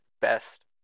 best